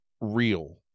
real